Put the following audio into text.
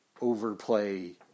overplay